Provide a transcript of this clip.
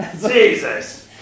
Jesus